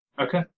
Okay